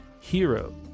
Hero